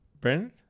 brandon